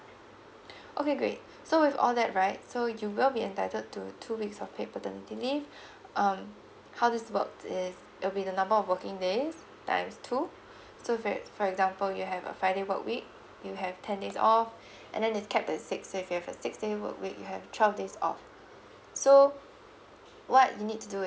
okay great so with all that right so you will be entitled to two weeks of paid paternity leave um how this works is it'll be the number of working days times two so for for example you have a five day work week you have ten days off and then it's kept at six so if you have a six day work week you have twelve days off so what you need to do